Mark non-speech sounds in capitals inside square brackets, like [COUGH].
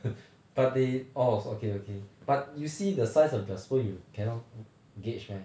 [LAUGHS] but they oh okay okay but you see the size of their spoon you cannot gauge meh